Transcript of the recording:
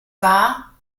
wahr